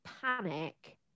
panic